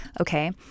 Okay